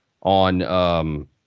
on